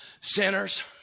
sinners